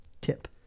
tip